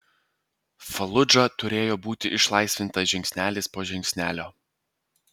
faludža turėjo būti išlaisvinta žingsnelis po žingsnelio